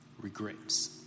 regrets